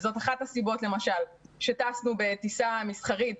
וזאת אחת הסיבות שטסנו בטיסה מסחרית,